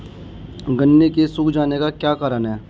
गन्ने के सूख जाने का क्या कारण है?